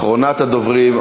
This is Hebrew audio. אחרונת הדוברים,